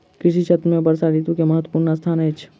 कृषि क्षेत्र में वर्षा ऋतू के बहुत महत्वपूर्ण स्थान अछि